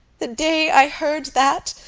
the day i heard that,